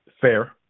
Fair